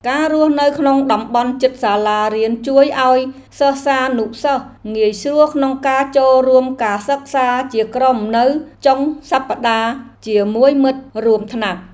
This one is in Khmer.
ការរស់នៅក្នុងតំបន់ជិតសាលារៀនជួយឱ្យសិស្សានុសិស្សងាយស្រួលក្នុងការចូលរួមការសិក្សាជាក្រុមនៅចុងសប្តាហ៍ជាមួយមិត្តរួមថ្នាក់។